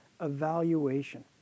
evaluation